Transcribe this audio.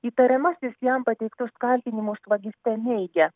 įtariamasis jam pateiktus kaltinimus vagyste neigia